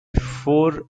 four